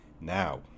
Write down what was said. Now